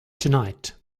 tonight